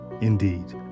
Indeed